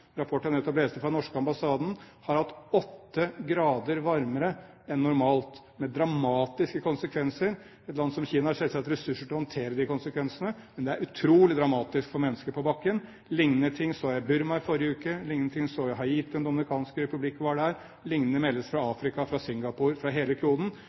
fra den norske ambassaden, har vært åtte grader varmere enn normalt, med dramatiske konsekvenser. Et land som Kina har selvsagt ressurser til å håndtere de konsekvensene, men det er utrolig dramatisk for mennesker på bakken. Lignende ting så jeg i Burma i forrige uke, og lignende ting så jeg i Haiti og i Den dominikanske republikk da jeg var der. Lignende meldes fra